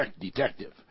detective